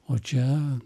o čia